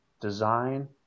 design